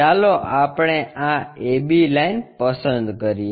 ચાલો આપણે આ AB લાઇન પસંદ કરીએ